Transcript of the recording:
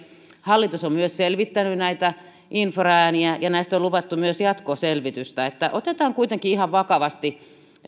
hallitus on myös selvittänyt näitä infraääniä ja näistä on luvattu myös jatkoselvitystä että otetaan kuitenkin ihan vakavasti